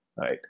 right